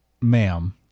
ma'am